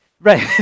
Right